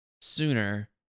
Sooner